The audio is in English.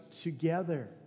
together